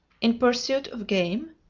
in pursuit of game?